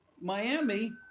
Miami